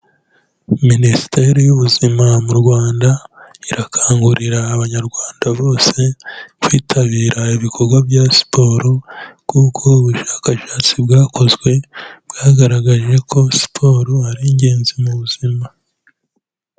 Minisiteri y'ubuzima mu Rwanda irakangurira Abanyarwanda bose kwitabira ibikorwa bya siporo kuko ubushakashatsi bwakozwe bwagaragaje ko siporo ari ingenzi mu buzima.